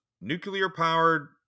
nuclear-powered